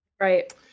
right